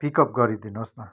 pickup गरिदिनुहोस् न